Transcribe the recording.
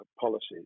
policies